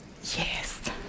Yes